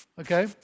Okay